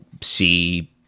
see